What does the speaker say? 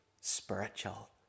spiritual